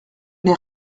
n’ai